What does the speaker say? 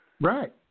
Right